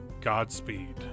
Godspeed